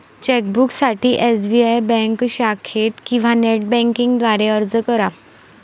चेकबुकसाठी SBI bank शाखेत किंवा नेट बँकिंग द्वारे अर्ज करा